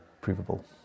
provable